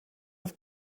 have